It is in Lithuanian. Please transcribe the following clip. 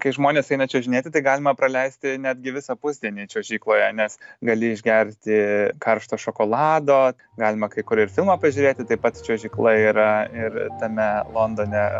kai žmonės eina čiuožinėti tai galima praleisti netgi visą pusdienį čiuožykloje nes gali išgerti karšto šokolado galima kai kur ir filmą pažiūrėti tai pat čiuožykla yra ir tame londone